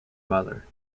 mother